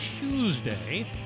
Tuesday